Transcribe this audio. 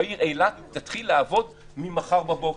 שהעיר אילת תתחיל לעבוד ממחר בבוקר.